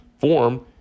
form